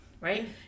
Right